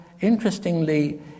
interestingly